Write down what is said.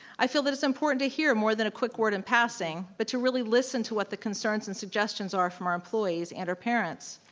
i feel that it's important to hear more than a quick word in passing, but to really listen to what the concerns and suggestions are from our employees and our parents.